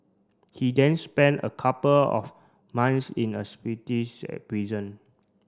he then spent a couple of months in a prison